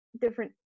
different